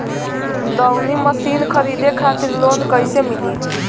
दऊनी मशीन खरीदे खातिर लोन कइसे मिली?